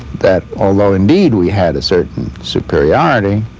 that although, indeed, we had a certain superiority,